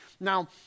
Now